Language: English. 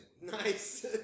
nice